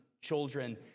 children